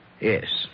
Yes